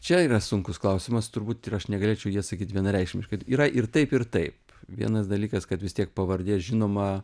čia yra sunkus klausimas turbūt ir aš negalėčiau į jį atsakyt vienareikšmiškai yra ir taip ir taip vienas dalykas kad vis tiek pavardė žinoma